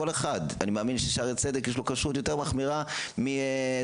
אני מאמין שלשערי צדק יש כשרות יותר מחמירה מסורוקה